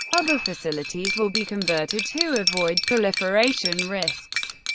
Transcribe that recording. other facilities will be converted to avoid proliferation risks.